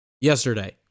yesterday